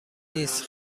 نیست